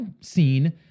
seen